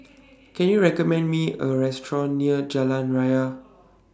Can YOU recommend Me A Restaurant near Jalan Raya